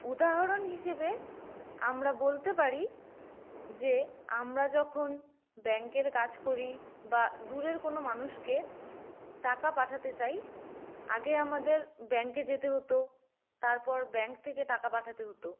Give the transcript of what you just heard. উদাহরণ হিসেবে আমরা বলতে পারি যে আমরা যখন ব্যাংকের কাজ করি বা দূরের কোনো মানুষকে টাকা পাঠাতে চাই আগে আমাদের ব্যাংকে যেতে হতো তারপর ব্যাংক থেকে টাকা পাঠাতে হতো